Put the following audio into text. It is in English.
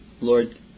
Lord